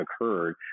occurred